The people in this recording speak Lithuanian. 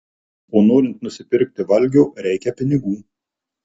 o norint nusipirkti valgio reikia pinigų